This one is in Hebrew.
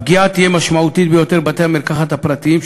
הפגיעה תהיה משמעותית ביותר בבתי-המרקחת הפרטיים,